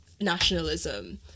nationalism